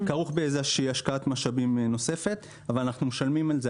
יכול להיות שזה כרוך בהשקעת משאבים נוספת אבל אנחנו משלמים על כך.